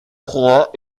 croix